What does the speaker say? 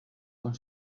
con